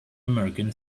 american